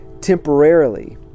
temporarily